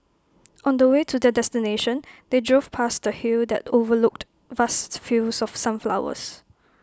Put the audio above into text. on the way to their destination they drove past A hill that overlooked vast fields of sunflowers